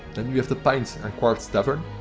then we have the pints and quarts tavern.